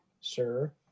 sir